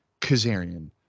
Kazarian